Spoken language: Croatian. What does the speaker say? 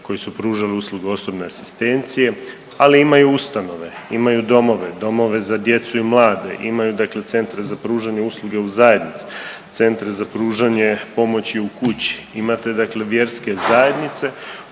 koje su pružale usluge osobne asistencije, ali imaju ustanove, imaju domove, domove za djecu i mlade, imaju dakle centre za pružanje usluga u zajednici, centri za pružanje pomoći u kući, imate dakle vjerske zajednice